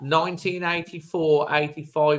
1984-85